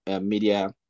Media